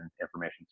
information